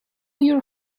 your